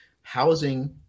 housing